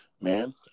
man